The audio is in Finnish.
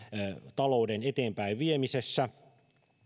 talouden eteenpäinviemisessä